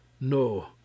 no